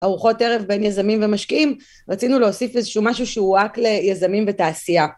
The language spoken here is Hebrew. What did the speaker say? ארוחות ערב בין יזמים ומשקיעים רצינו להוסיף איזה שהוא משהו שהוא רק ליזמים ותעשייה